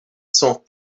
cent